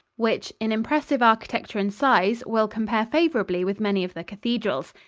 which, in impressive architecture and size, will compare favorably with many of the cathedrals.